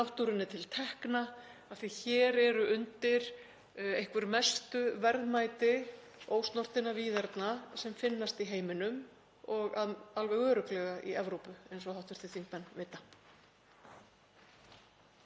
náttúrunni til tekna af því að hér eru undir einhver mestu verðmæti ósnortinna víðerna sem finnast í heiminum og alveg örugglega í Evrópu eins og hv. þingmenn vita.